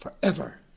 forever